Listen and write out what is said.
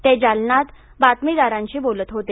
ते जालन्यात बातमीदारांशी बोलत होते